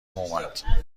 اومد